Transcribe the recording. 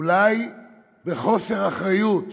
אולי בחוסר אחריות,